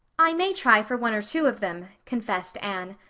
i may try for one or two of them, confessed anne,